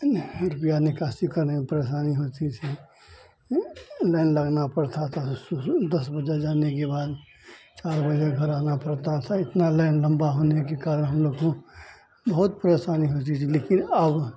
ने रुपया निकासी करने मे परेशानी होती थी लाइन लगना पड़ता था उस उसमें दस बजे जाने के बाद चार बजे घर आना पड़ता था इतनी लाइन लम्बी होने के कारण हमलोग को बहुत परेशानी होती थी लेकिन अब